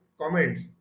comments